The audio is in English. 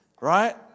right